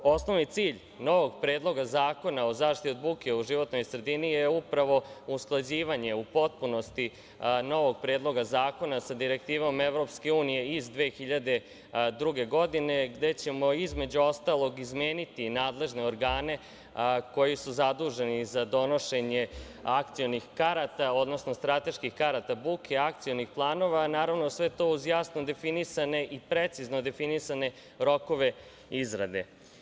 Osnovni cilj novog Predloga zakona o zaštiti od buke u životnoj sredini je upravo usklađivanje u potpunosti novog Predloga zakona sa Direktivom EU iz 2002. godine, gde ćemo, između ostalog, izmeniti nadležne organe koji su zaduženi za donošenje akcionih karata, odnosno strateških karata buke akcionih planova, a naravno sve to uz jasno definisane i precizno definisane rokove izrade.